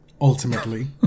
ultimately